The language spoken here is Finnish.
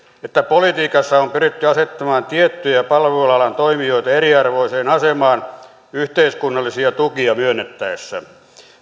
että politiikassa on pyritty asettamaan tiettyjä palvelualan toimijoita eriarvoiseen asemaan yhteiskunnallisia tukia myönnettäessä